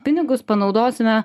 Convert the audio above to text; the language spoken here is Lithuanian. pinigus panaudosime